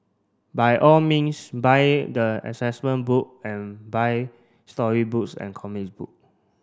by all means buy the assessment book and buy storybooks and comics book